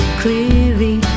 clearly